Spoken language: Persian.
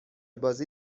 بازی